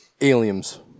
Aliens